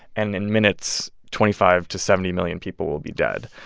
and in minutes, twenty five to seventy million people will be dead.